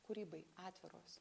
kūrybai atviros